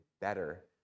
better